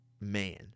man